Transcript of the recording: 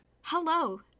Hello